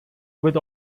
with